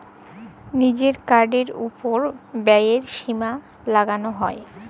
লিজের কার্ডের ওপর ব্যয়ের সীমা লাগাল যায়